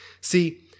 See